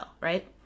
right